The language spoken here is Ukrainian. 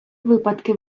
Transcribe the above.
випадки